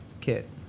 kit